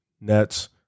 Nets